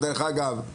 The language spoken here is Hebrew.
דרך אגב,